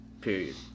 Period